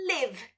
live